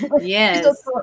yes